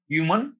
Human